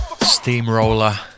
Steamroller